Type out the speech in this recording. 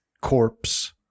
corpse